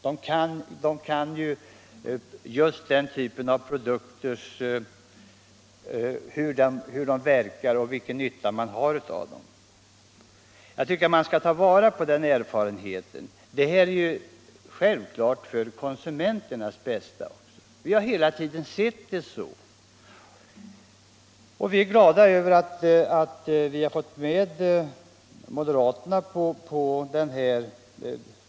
Den känner till hur de egna produkterna verkar och vilken nytta man har av dem. Jag tycker att man skall ta vara på den erfarenheten. Vårt förslag är självfallet till konsumenternas bästa. Vi har hela tiden sett det så. Vi är glada över att vi i år fått med moderaterna på vår reservation.